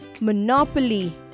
Monopoly